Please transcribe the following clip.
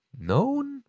known